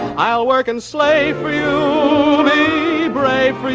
i'll work and slave for you.